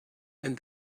and